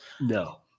No